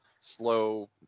slow